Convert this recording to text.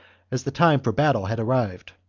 as the time for battle had arrived.